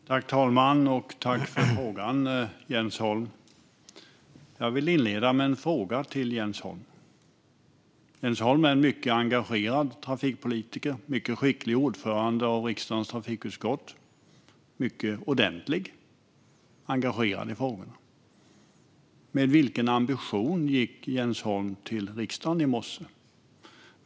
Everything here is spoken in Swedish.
Herr talman! Tack för frågorna, Jens Holm! Jag vill inleda med en fråga till Jens Holm. Jens Holm är en mycket engagerad trafikpolitiker, en mycket skicklig ordförande i riksdagens trafikutskott och mycket ordentlig. Med vilken ambition gick Jens Holm till riksdagen i morse?